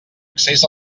accés